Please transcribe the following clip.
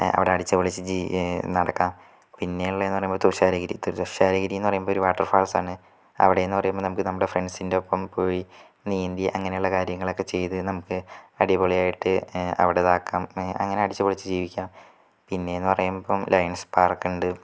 അവിടെ അടിച്ച് പൊളിച്ച് ജീവി നടക്കാം പിന്നെ ഉള്ളതെന്ന് പറയുമ്പം തുഷാരഗിരി തുഷാരഗിരിന്ന് പറയുമ്പോൾ ഒരു വാട്ടർ ഫാൾസ് ആണ് അവിടേന്ന് പറയുമ്പോൾ നമുക്ക് നമ്മുടെ ഫ്രണ്ട്സിൻ്റെ ഒപ്പം പോയി നീന്തി അങ്ങനെയുള്ള കാര്യങ്ങളൊക്കെ ചെയ്ത് നമുക്ക് അടിപൊളി ആയിട്ട് അവിടെ ഇതാക്കാം അങ്ങനെ അടിച്ച് പൊളിച്ച് ജീവിക്കാം പിന്നേന്ന് പറയുമ്പം ലയൺസ് പാർക്കുണ്ട്